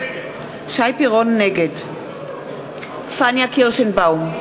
נגד פניה קירשנבאום,